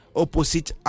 opposite